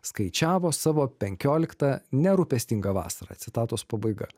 skaičiavo savo penkioliktą nerūpestingą vasarą citatos pabaiga